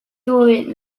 dwy